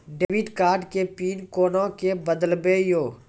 Debit card के pin कोना के बदलबै यो?